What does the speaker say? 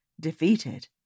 defeated